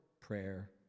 prayer